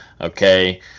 okay